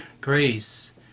grace